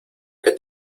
que